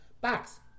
box